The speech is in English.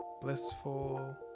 blissful